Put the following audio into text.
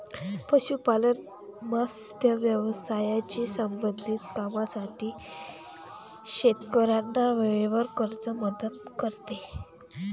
पशुपालन, मत्स्य व्यवसायाशी संबंधित कामांसाठी शेतकऱ्यांना वेळेवर कर्ज मदत करते